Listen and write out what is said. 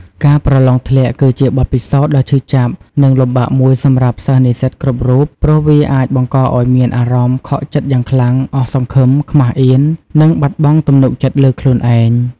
ការប្រឡងធ្លាក់ គឺជាបទពិសោធន៍ដ៏ឈឺចាប់ និងលំបាកមួយសម្រាប់សិស្សនិស្សិតគ្រប់រូប ព្រោះវាអាចបង្កឲ្យមានអារម្មណ៍ ខកចិត្តយ៉ាងខ្លាំង អស់សង្ឃឹម ខ្មាសអៀន និងបាត់បង់ទំនុកចិត្តលើខ្លួនឯង។